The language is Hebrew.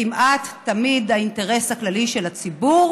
כמעט תמיד האינטרס הכללי של הציבור